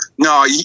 No